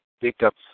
pickups